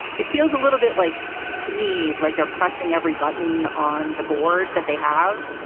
it feels a little bit like to me, like they're pressing every button on the board that they have,